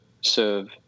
serve